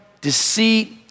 deceit